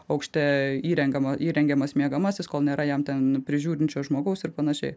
aukšte įrengiama įrengiamas miegamasis kol nėra jam ten prižiūrinčio žmogaus ir panašiai